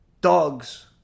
dogs